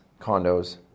condos